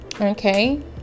Okay